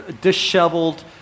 disheveled